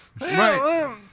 Right